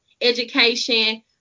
education